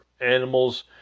animals